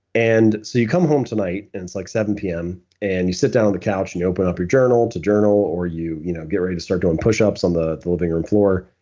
and so you come home tonight and it's like seven p m. and you sit down on the couch and you open up your journal to journal or you know get ready to start doing pushups on the living room floor.